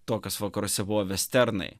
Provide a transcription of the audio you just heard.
to kas vakaruose buvo vesternai